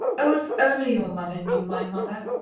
oh, if only your mother knew my mother!